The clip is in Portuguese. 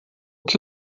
que